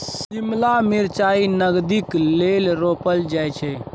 शिमला मिरचाई नगदीक लेल रोपल जाई छै